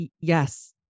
yes